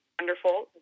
wonderful